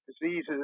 diseases